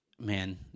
man